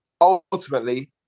ultimately